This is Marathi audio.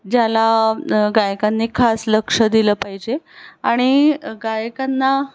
ज्याला गायकांनी खास लक्ष दिलं पाहिजे आणि गायकांना